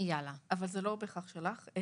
אבל זה לא בהכרח שלך,